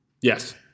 Yes